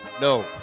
No